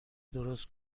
درست